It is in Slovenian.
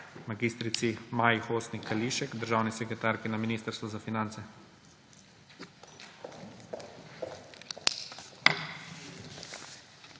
mag. Maji Hostnik Kališek, državni sekretarki na Ministrstvu za finance.